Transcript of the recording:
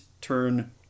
turn